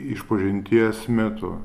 išpažinties metu